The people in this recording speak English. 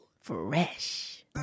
fresh